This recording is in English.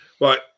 Right